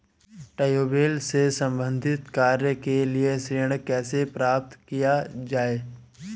Tubewell से संबंधित कार्य के लिए ऋण कैसे प्राप्त किया जाए?